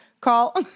call